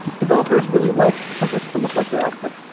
developers really like templates to look like their output.